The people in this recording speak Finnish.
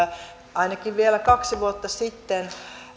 ainakin vielä kaksi vuotta sitten